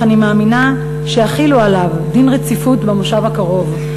אך אני מאמינה שיחילו עליו דין רציפות במושב הקרוב,